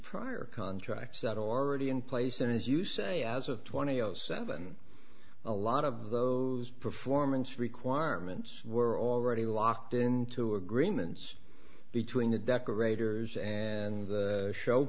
prior contracts that are already in place and as you say as of twenty zero seven a lot of the performance requirements were already locked into agreements between the decorators and show